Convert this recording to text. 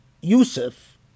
Yusuf